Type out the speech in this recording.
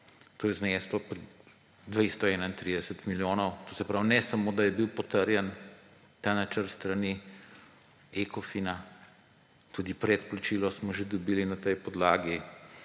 To je zneslo 231 milijonov. To se pravi, ne samo da je bil potrjen ta načrt s strani Ecofina, tudi predplačilo smo že dobili na tej podlagi.